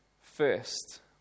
First